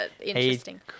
interesting